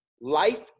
life